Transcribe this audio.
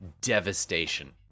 devastation